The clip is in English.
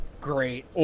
Great